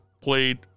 Played